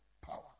power